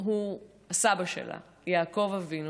הוא הסבא שלה, יעקב אבינו.